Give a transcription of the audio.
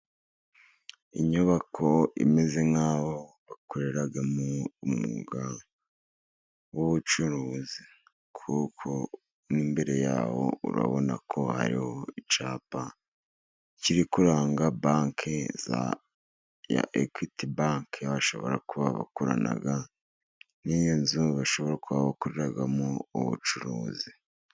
Inyubako imeze nk'aho bakoreramo umwuga w'ubucuruzi, kuko imbere yawo urabona ko hariho icyapa kiri kuranga bake ya ekwiti bake, bashobora kuba bakorana n'iyo nzu bashobora kuba bakoreramo ubucuruzi.